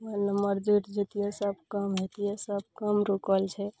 mobile number जुटि जेतियै सब काम हेतियै सब काम रुकल छै